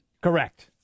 Correct